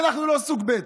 אנחנו לא סוג ב'.